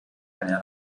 eine